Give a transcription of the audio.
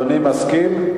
אדוני מסכים?